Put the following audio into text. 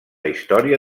història